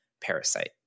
Parasite